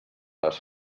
les